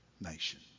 nation